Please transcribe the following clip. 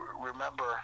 remember